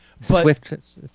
Swift